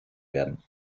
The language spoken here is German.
werden